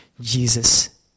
Jesus